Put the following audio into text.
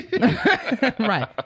right